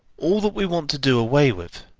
all that we want to do away with,